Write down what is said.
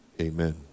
Amen